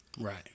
Right